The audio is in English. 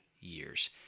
years